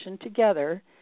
together